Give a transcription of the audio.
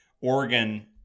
Oregon